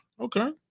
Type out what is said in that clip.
Okay